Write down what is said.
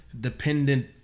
dependent